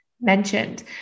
mentioned